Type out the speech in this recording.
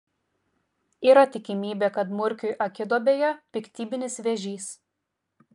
yra tikimybė kad murkiui akiduobėje piktybinis vėžys